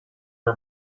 her